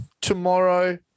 tomorrow